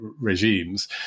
regimes